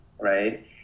right